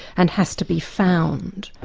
and has to be found.